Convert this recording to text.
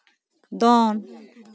ᱫᱚᱱ